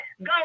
go